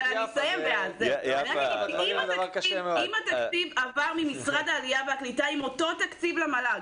אם אותו תקציב עבר ממשרד העלייה והקליטה למל"ג,